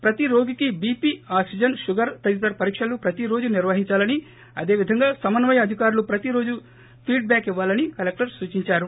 ప్రతి రోగికీ BP oxygen sugar తదితర పరీక్షలు ప్రతి రోజు నిర్వహించాలని అదేవిధంగా సమన్వయ అధికారులు ప్రతి రోజు ఫీడ్ బ్యాక్ ఇవ్వాలని కలెక్టర్ సూచించారు